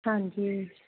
ਹਾਂਜੀ